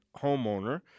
homeowner